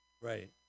Right